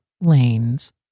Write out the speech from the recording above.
lanes